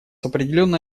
определенно